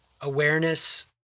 awareness